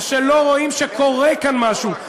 זה שלא רואים שקורה כאן משהו,